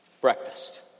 breakfast